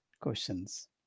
questions